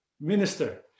minister